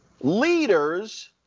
Leaders